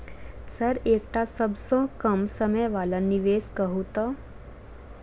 Sir एकटा सबसँ कम समय वला निवेश कहु तऽ?